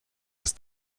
des